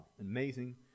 Amazing